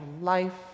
life